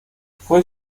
fue